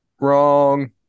Wrong